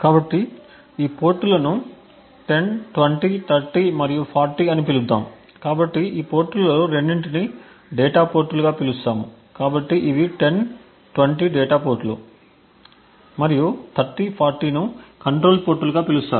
కాబట్టి ఈ పోర్టులను 10 20 30 మరియు 40 అని పిలుద్దాం కాబట్టి ఈ పోర్టులలో రెండింటిని డేటా పోర్టులుగా పిలుస్తాము కాబట్టి ఇవి 10 20 డేటా పోర్టులు మరియు 30 40 ను కంట్రోల్ పోర్టులుగా పిలుస్తారు